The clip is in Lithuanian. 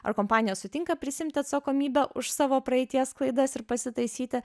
ar kompanija sutinka prisiimti atsakomybę už savo praeities klaidas ir pasitaisyti